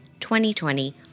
2020